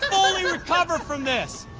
fully recover from this.